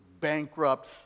bankrupt